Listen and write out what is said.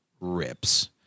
rips